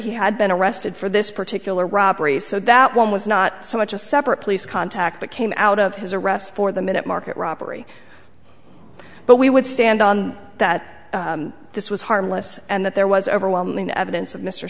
he had been arrested for this particular robbery so that one was not so much a separate police contact that came out of his arrest for the minute market robbery but we would stand on that this was harmless and that there was overwhelming evidence of mr